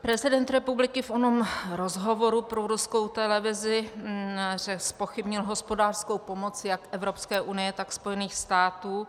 Prezident republiky v onom rozhovoru pro ruskou televizi zpochybnil hospodářskou pomoc jak Evropské unie, tak Spojených států.